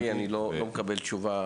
לצערי אני לא מקבל תשובה.